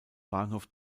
bahnhof